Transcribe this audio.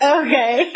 okay